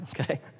okay